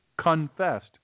confessed